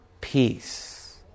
peace